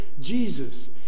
Jesus